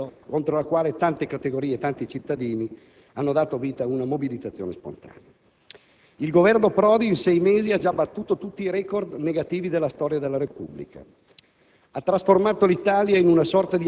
che il Governo Prodi sta cercando di mettere in atto, contro la quale tante categorie e tanti cittadini hanno dato vita ad una mobilitazione spontanea. Il Governo Prodi in sei mesi ha già battuto tutti i *record* negativi della storia della Repubblica.